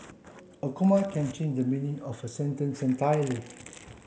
a comma can change the meaning of a sentence entirely